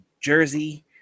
Jersey –